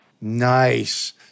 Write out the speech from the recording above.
Nice